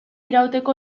irauteko